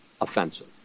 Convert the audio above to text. offensive